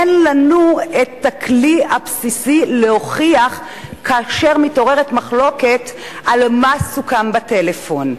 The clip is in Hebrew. אין לנו הכלי הבסיסי להוכיח כאשר מתעוררת מחלוקת מה סוכם בטלפון.